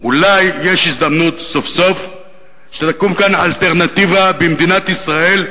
אולי יש הזדמנות סוף-סוף שתקום כאן אלטרנטיבה במדינת ישראל,